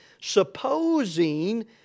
supposing